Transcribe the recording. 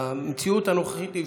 במציאות הנוכחית אי-אפשר.